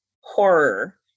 horror